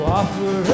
offer